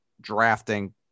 drafting